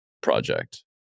project